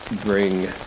bring